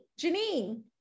Janine